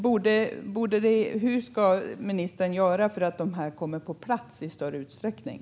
Hur ska ministern göra för att detta ska komma på plats i större utsträckning?